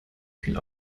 viel